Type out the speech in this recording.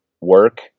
work